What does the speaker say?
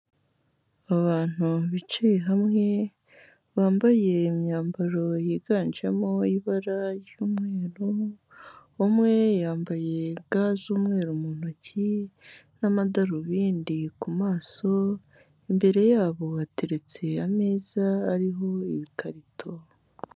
Abantu bicaye hamwe, bambaye imyambaro yiganjemo ibara ry'umweru, umwe yambaye ga z'umweru mu ntoki n'amadarubindi ku maso, imbere yabo bateretse ameza ariho ibikarito.